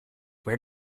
where